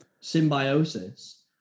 symbiosis